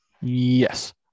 Yes